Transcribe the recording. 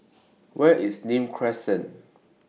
Where IS Nim Crescent